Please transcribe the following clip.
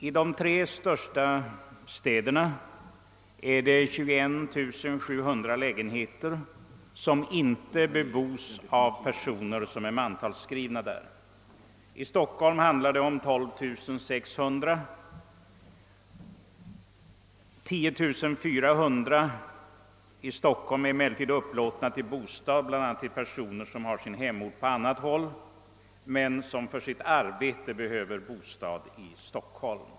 I de tre största städerna finns det sammanlagt 21700 lägenheter som inte bebos av personer som är mantalsskrivna där. I Stockholm rör det sig om 12 600 lägenheter. Av dessa är emellertid 10400 upplåtna till bostäder bl.a. för personer som har sin hemort på annat håll men som för sitt arbete behöver bostäder i Stockholm.